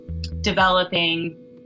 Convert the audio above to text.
developing